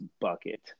bucket